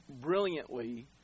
brilliantly